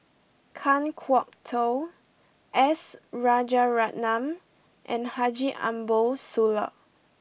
Kan Kwok Toh S Rajaratnam and Haji Ambo Sooloh